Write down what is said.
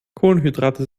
kohlenhydrate